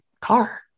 car